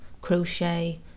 crochet